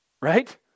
Right